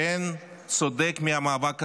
שאין צודק מהמאבק הזה.